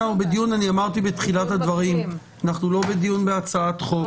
אמרתי בתחילת הדברים שאנחנו לא בדיון בהצעת חוק.